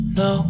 no